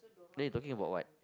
then you talking about what